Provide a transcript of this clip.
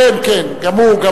כן כן, גם הוא.